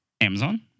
Amazon